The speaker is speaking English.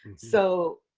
so,